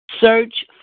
Search